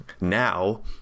now